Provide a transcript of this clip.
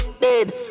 Dead